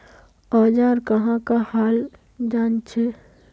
औजार कहाँ का हाल जांचें?